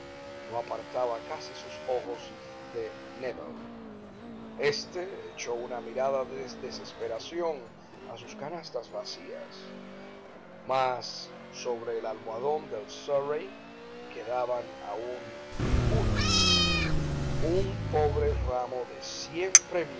no apartaba casi sus ojos de nébel este echó una mirada de desesperación a sus canastas vacías mas sobre el almohadón del surrey quedaban aún uno un pobre ramo de